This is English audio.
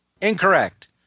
incorrect